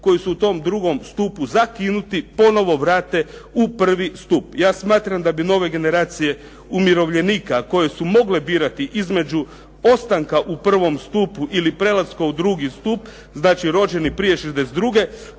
koji su u tom drugu stupu zakinuti ponovo vrate u prvi stup. Ja smatram da bi nove generacije umirovljenika koje su mogle birati između ostanka u prvom stupu ili prelaska u drugi stup, znači rođeni prije 62. trebali